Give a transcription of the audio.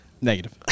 Negative